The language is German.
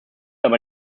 aber